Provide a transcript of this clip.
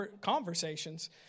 conversations